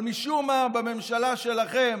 אבל משום מה בממשלה שלכם